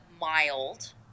mild